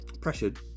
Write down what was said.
pressured